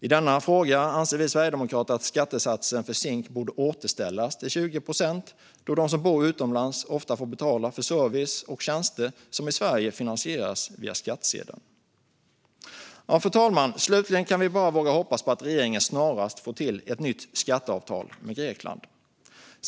I denna fråga anser vi sverigedemokrater att skattesatsen för SINK borde återställas till 20 procent då de som bor utomlands ofta får betala för service och tjänster som i Sverige finansieras via skattsedeln. Fru talman! Slutligen kan vi bara hoppas på att regeringen snarast får till ett nytt skatteavtal med Grekland.